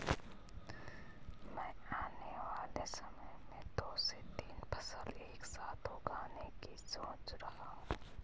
मैं आने वाले समय में दो से तीन फसल एक साथ उगाने की सोच रहा हूं